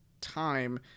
time